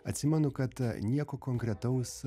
atsimenu kad nieko konkretaus